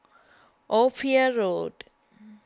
Ophir Road